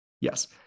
Yes